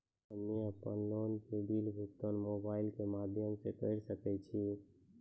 हम्मे अपन लोन के बिल भुगतान मोबाइल के माध्यम से करऽ सके छी?